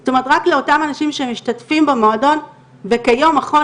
זאת אומרת רק אותם אנשים שמשתתפים במועדון וכיום מכון